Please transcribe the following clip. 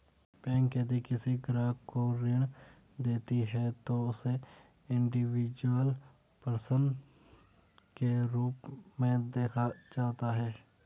bank यदि किसी ग्राहक को ऋण देती है तो उसे इंडिविजुअल पर्सन के रूप में देखा जाता है